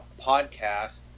podcast